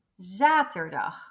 Zaterdag